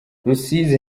rusizi